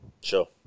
Sure